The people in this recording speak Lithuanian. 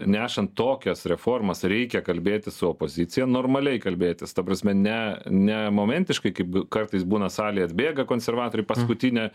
nešant tokias reformas reikia kalbėtis su opozicija normaliai kalbėtis ta prasme ne ne momentiškai kaip kartais būna salėje atbėga konservatoriai paskutinę